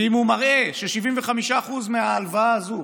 ואם הוא מראה ש-75% מההלוואה הזו